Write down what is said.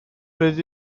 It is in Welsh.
pryd